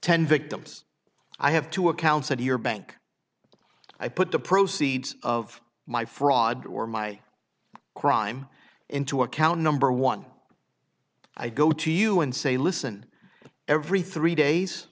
ten victims i have two accounts at your bank i put the proceeds of my fraud or my crime into account number one i go to you and say listen every three days